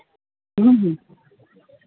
ᱦᱮᱸ ᱦᱮᱸ